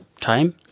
time